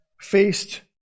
faced